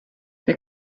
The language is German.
der